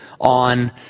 on